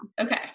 Okay